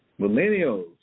Millennials